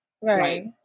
right